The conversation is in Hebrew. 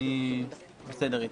אני בסדר איתה.